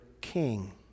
King